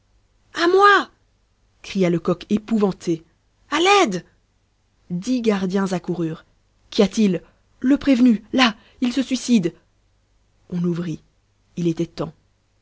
à moi cria lecoq épouvanté à l'aide dix gardiens accoururent qu'y a-t-il le prévenu là il se suicide on ouvrit il était temps